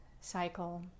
cycle